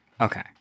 Okay